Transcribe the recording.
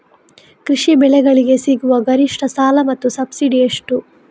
ಕೃಷಿ ಬೆಳೆಗಳಿಗೆ ಸಿಗುವ ಗರಿಷ್ಟ ಸಾಲ ಮತ್ತು ಸಬ್ಸಿಡಿ ಎಷ್ಟು?